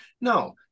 no